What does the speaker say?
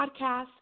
podcast